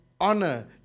honor